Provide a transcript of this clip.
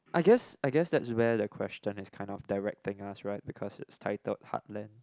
I guess I guess that's where the question is kind of directing us right because it's titled heartlands